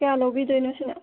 ꯀꯌꯥ ꯂꯧꯕꯤꯗꯣꯏꯅꯣ ꯁꯤꯁꯦ